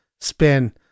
spin